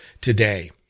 today